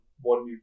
one